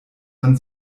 man